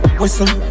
whistle